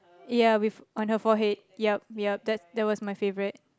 ya with on her forehead yup yup that that was my favourite